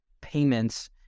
payments